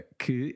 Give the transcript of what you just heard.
que